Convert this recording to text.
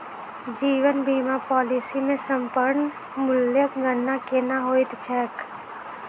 जीवन बीमा पॉलिसी मे समर्पण मूल्यक गणना केना होइत छैक?